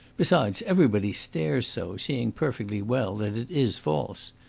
besides, everybody stares so, seeing perfectly well that it is false.